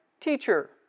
Teacher